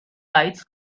lights